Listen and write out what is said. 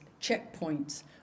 checkpoints